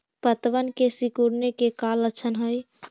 पत्तबन के सिकुड़े के का लक्षण हई?